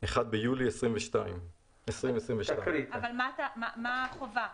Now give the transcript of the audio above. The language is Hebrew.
1 ביולי 2022". מה החובה?